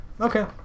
Okay